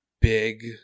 big